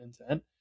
intent